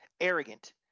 arrogant